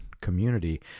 community